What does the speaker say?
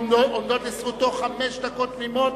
עומדות לזכותו עכשיו חמש דקות תמימות